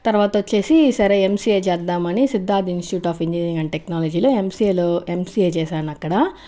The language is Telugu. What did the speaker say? తర్వాత వచ్చేసి సరే ఎంసీఏ చేద్దామని Siddhartha institute of engineering and టెక్నాలజీలో ఎంసీఏలో ఎంసీఏ చేశాను అక్కడ